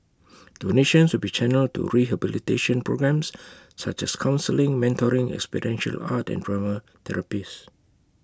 donations will be channelled to rehabilitation programmes such as counselling mentoring ex potential art and drama therapies